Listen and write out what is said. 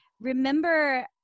remember